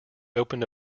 opened